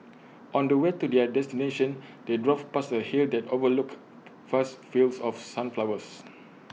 on the way to their destination they drove past A hill that overlooked vast fields of sunflowers